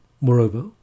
Moreover